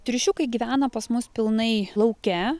triušiukai gyvena pas mus pilnai lauke